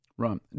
Right